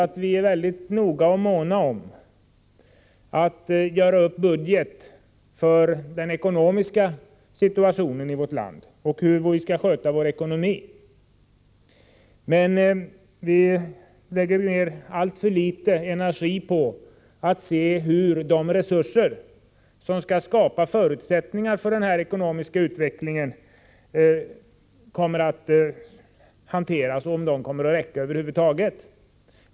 Normalt är vi mycket måna om att lägga upp en budget för ekonomin. Vidare planerar vi hur vi skall sköta vår ekonomi. Men vi lägger ned alldeles för litet energi på att undersöka hur de resurser hanteras som skall utgöra förutsättningarna för den ekonomiska utvecklingen och på att undersöka om dessa resurser över huvud taget kommer att räcka till.